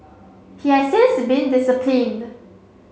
he has since been disciplined